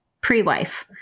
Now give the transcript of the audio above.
Pre-wife